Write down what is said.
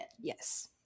Yes